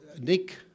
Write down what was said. Nick